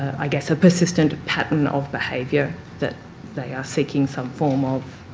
i guess, a persistent pattern of behaviour that they are seeking some form of